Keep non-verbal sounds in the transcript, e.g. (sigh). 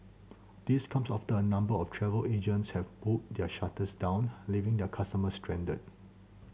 this comes after a number of travel agents have pulled their shutters down leaving their customers stranded (noise)